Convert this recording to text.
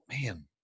man